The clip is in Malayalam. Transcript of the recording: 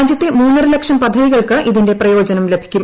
രാജ്യത്തെ മൂന്നരലക്ഷം പദ്ധതികൾക്ക് ഇതിന്റെ പ്രയോജനം ലഭിക്കും